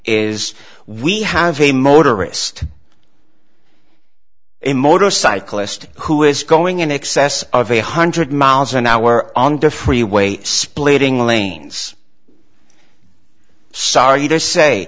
is we have a motorist a motorcyclist who is going in excess of a hundred miles an hour on the freeway splitting lanes sorry